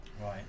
Right